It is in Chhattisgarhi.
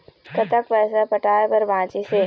कतक पैसा पटाए बर बचीस हे?